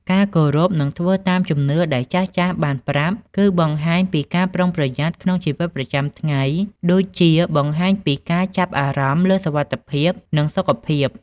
ការគោរពនិងធ្វើតាមជំនឿដែលចាស់ៗបានប្រាប់ គឺបង្ហាញពីការប្រុងប្រយ័ត្នក្នុងជីវិតប្រចាំថ្ងៃ ដូចជា បង្ហាញពីការចាប់អារម្មណ៍លើសុវត្ថិភាព និងសុខភាព។